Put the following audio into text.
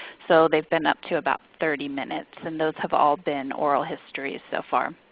so they have been up to about thirty minutes and those have all been oral histories so far.